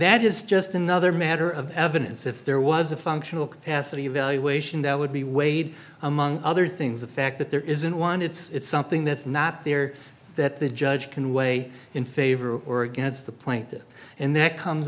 that is just another matter of evidence if there was a functional capacity evaluation that would be weighed among other things the fact that there isn't one it's something that's not there that the judge can weigh in favor or against the plaintiffs in that comes